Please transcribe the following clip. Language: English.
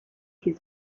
his